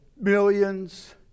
millions